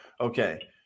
Okay